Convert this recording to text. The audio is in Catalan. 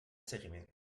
seguiment